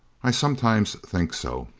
i sometimes think so.